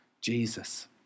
Jesus